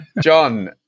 John